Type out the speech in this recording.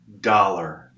dollar